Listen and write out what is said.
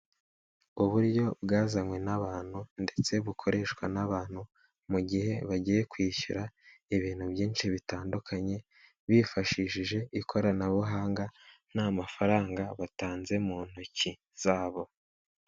Uburyo bwazanywe n'abantu ndetse bukoreshwa n'abantu mu gihe bagiye kwishyura ibintu byinshi bitandukanye, bifashishije ikoranabuhanga nta mafaranga batanze mu ntoki zabo.